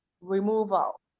removal